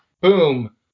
boom